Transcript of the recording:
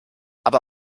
aber